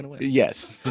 Yes